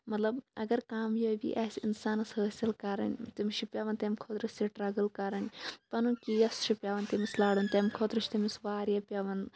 مطلب اگر کامیٲبی آسہِ اِنسانَس حٲصل کَرٕنۍ تٔمِس چھِ پیوان تَمہِ خٲطرٕ سِٹَرگٔل کَرٕنۍ پَنُن کیس چھُ پیوان تٔمِس لَڑُن تَمہِ خٲطرٕ چھُ تٔمِس واریاہ پیوان